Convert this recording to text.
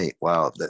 wow